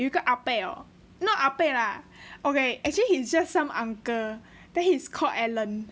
有一个 ah pek orh not ah pek lah okay actually he's just some uncle then he's called allen